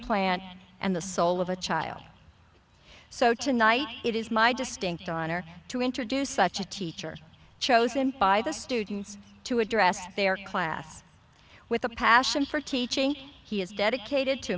plant and the soul of a child so tonight it is my distinct honor to introduce such a teacher chosen by the students to address their class with a passion for teaching he is dedicated to